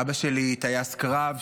אבא שלי טייס קרב,